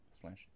slash